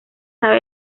sabe